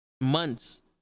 months